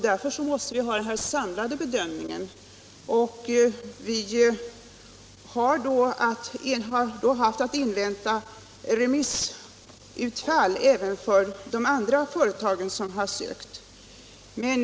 Därför måste vi göra en samlad bedömning, och vi har då haft att invänta remissutfall även för de andra företagen som sökt tillstånd.